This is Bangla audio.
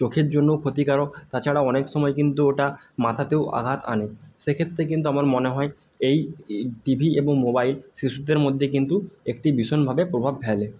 চোখের জন্যও ক্ষতিকারক তাছাড়াও অনেক সময় কিন্তু ওটা মাথাতেও আঘাত আনে সেক্ষত্রে কিন্তু আমার মনে হয় এই এই টিভি এবং মোবাইল শিশুদের মধ্যে কিন্তু একটি ভীষণভাবে প্রভাব ফেলে